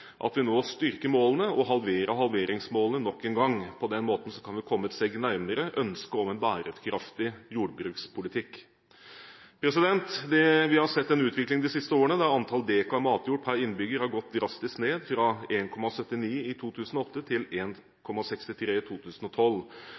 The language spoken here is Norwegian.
at vi nå styrker målene og halverer halveringsmålene nok en gang. På den måten kan vi komme et steg nærmere ønsket om en bærekraftig jordbrukspolitikk. Vi har sett en utvikling de siste årene, der antallet dekar matjord per innbygger har gått drastisk ned, fra 1,79 i 2008 til